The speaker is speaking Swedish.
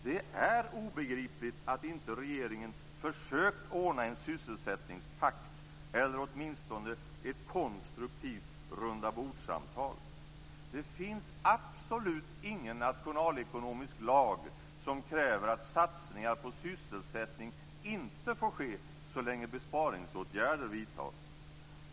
Det är obegripligt att inte regeringen försökt ordna en sysselsättningspakt eller åtminstone ett konstruktivt rundabordssamtal. Det finns absolut ingen nationalekonomisk lag som kräver att satsningar på sysselsättning inte får ske så länge besparingsåtgärder vidtas.